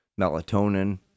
melatonin